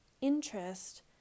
interest